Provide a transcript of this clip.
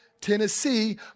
Tennessee